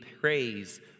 praise